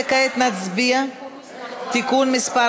תיקון מס'